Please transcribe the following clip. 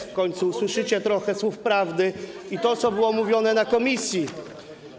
W końcu usłyszycie trochę słów prawdy i to, co było mówione na posiedzeniu komisji.